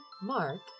Mark